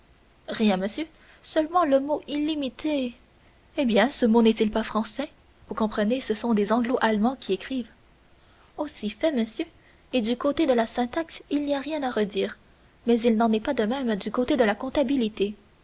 rien monsieur seulement le mot illimité eh bien ce mot n'est-il pas français vous comprenez ce sont des anglo allemands qui écrivent oh si fait monsieur et du côté de la syntaxe il n'y a rien à redire mais il n'en est pas de même du côté de la comptabilité